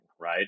right